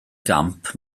gamp